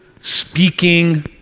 speaking